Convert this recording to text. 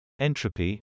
entropy